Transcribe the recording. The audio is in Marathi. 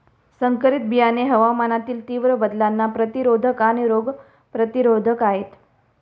संकरित बियाणे हवामानातील तीव्र बदलांना प्रतिरोधक आणि रोग प्रतिरोधक आहेत